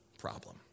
problem